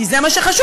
כי זה מה שחשוב.